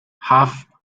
half